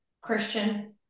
Christian